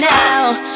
now